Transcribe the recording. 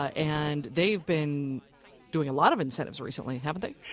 and they've been doing a lot of incentives recently, haven't they?